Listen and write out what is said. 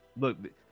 Look